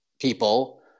people